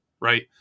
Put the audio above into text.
right